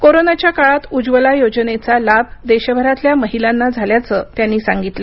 कोरोनाच्या काळात उज्ज्वला योजनेचा लाभ देशभरातल्या महिलांना झाल्याचं त्यांनी सांगितलं